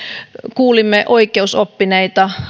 kuulimme oikeusoppineita